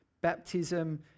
Baptism